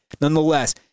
nonetheless